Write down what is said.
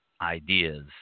ideas